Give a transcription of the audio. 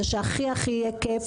תעסוקה ורווחה הם אבני היסוד של הנגב